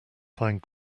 find